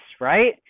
right